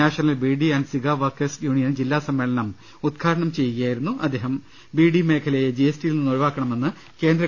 national beedi and cigar workers union ജില്ലാ സമ്മേളനം ഉദ്ഘാടനം ചെയ്യുകയായിരുന്നു അദ്ദേ ബീഡി മേഖലയെ ജി എസ് ടിയിൽ ന്നിന്ന് ഒഴിവാക്കണമെന്ന് കേന്ദ്ര ഹം